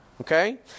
Okay